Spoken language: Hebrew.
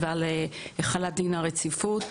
וכל החלת דין הרציפות.